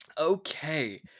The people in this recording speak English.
Okay